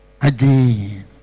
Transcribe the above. again